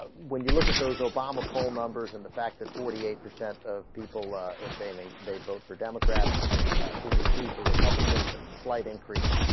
ah when you look at those o bomb a poll numbers and the fact that forty eight percent of people ah. assailing they'd vote for democrats ah. forty two for republicans that slight increase